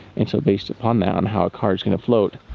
and so based upon that on how a car is gonna float,